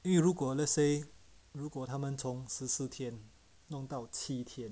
因为如果 let's say 如果他们从十四天弄到七天